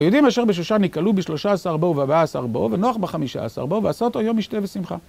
היהודים אשר בשושן נקהלו בשלושה עשר בו, ובארבעה עשר בו, ונוח בחמישה עשר בו, ועשה אותו יום משתה ושמחה